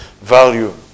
value